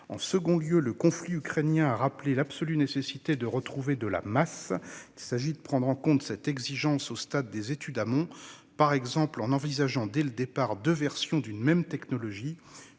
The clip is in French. nécessité, que le conflit ukrainien a rappelée, de retrouver de la masse. Il s'agit de prendre en compte cette exigence au stade des études amont, par exemple en envisageant dès le départ deux versions d'une même technologie